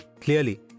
Clearly